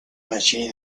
machine